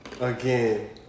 again